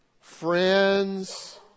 friends